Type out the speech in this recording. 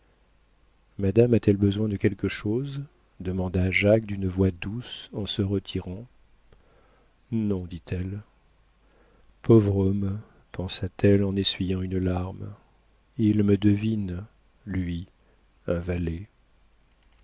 madame a-t-elle besoin de quelque chose demanda jacques d'une voix douce en se retirant non dit-elle pauvre homme pensa-t-elle en essuyant une larme il me devine lui un valet